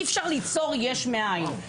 אי אפשר ליצור יש מאין.